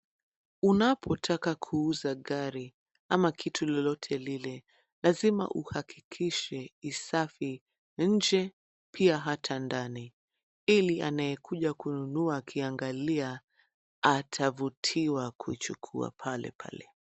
Unapotaka kuuza gari ama kitu lolote lile lazima uhakikishe ni safi nje, pia hata ndani ili anayekuja kununua akiangalia atavutiwa kuchukua pale pale.